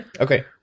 Okay